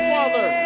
Father